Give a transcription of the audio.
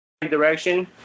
direction